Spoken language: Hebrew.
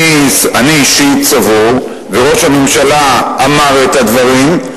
אני אישית סבור, וראש הממשלה אמר את הדברים,